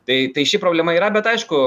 tai tai ši problema yra bet aišku